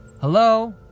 Hello